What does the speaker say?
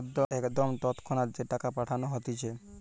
একদম তৎক্ষণাৎ যে টাকা পাঠানো হতিছে